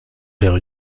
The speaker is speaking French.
vers